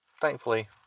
thankfully